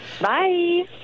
Bye